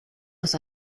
aus